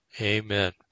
Amen